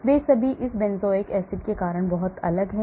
वे सभी इस benzoic acid के कारण बहुत अलग हैं